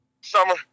Summer